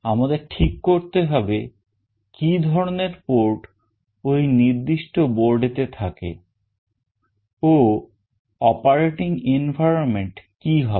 আমাদের ঠিক করতে হবে কি ধরনের port ওই নির্দিষ্ট boardএতে থাকে ও operating environment কি হবে